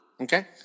Okay